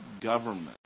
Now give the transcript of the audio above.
government